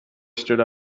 stood